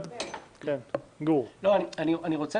אני רוצה